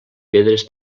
pedres